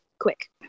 quick